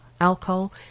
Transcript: alcohol